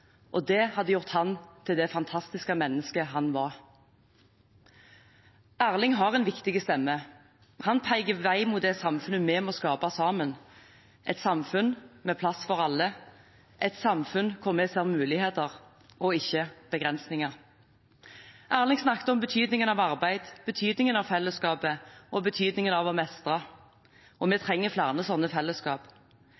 og det hadde gjort ham til det fantastiske mennesket han var. Erling har en viktig stemme. Han viser vei mot det samfunnet vi må skape sammen: et samfunn med plass for alle, et samfunn hvor vi ser muligheter og ikke begrensninger. Erling snakket om betydningen av arbeid, betydningen av fellesskap og betydningen av å mestre. Vi